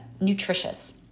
nutritious